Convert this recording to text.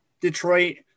Detroit